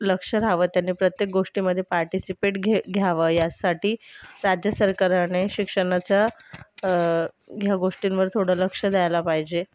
लक्ष रहावं त्यांनी प्रत्येक गोष्टीमध्ये पार्टीसिपेट घे घ्यावं ह्यासाठी राज्य सरकारने शिक्षणाच्या ह्या गोष्टींवर थोडं लक्ष द्यायला पाहिजे